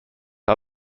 are